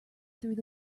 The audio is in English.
through